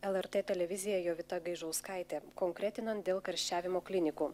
lrt televizija jovita gaižauskaitė konkretinant dėl karščiavimo klinikų